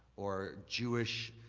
or jewish